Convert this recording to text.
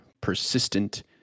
persistent